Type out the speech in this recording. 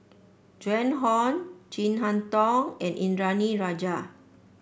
Joan Hon Chin Harn Tong and Indranee Rajah